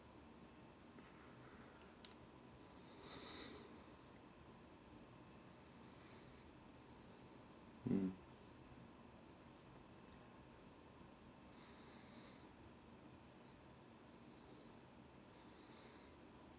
mm